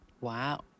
Wow